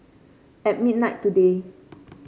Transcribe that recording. at midnight today